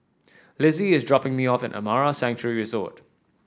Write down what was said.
Lizzie is dropping me off at Amara Sanctuary Resort